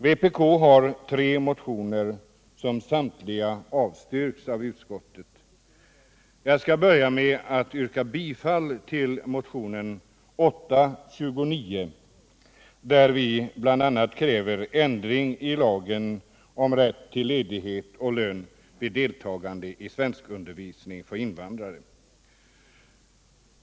Vpk har väckt tre av dessa motioner, som samtliga avstyrkts av utskottet. Jag skall börja med att yrka bifall till motionen 829, där vi bl.a. kräver ändringar i lagen om rätt till ledighet och lön vid deltagande i svenskundervisning för invandrare.